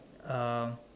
uh